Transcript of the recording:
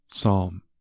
Psalm